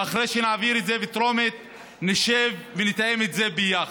ואחרי שנעביר את זה בטרומית נשב ונתאם את זה ביחד.